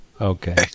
okay